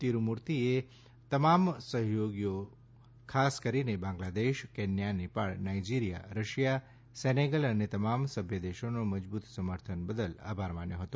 તિરુમૂર્તિએ તમામ સહયોગીઓ ખાસ કરીને Bangladesh Kenya Nepal Nigeria Russia Senegal અને તમામ સભ્ય દેશોનો મજબૂત સમર્થન બદલ આભાર માન્યો હતો